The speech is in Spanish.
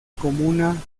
comuna